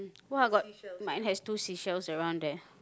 !wah! got mine has two seashells around there